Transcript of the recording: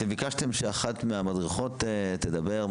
אתם ביקשתם שאחת מהמדריכות תדבר.